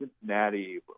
Cincinnati